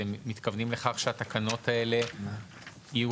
אתם מתכוונים לכך שהתקנות האלה יהיו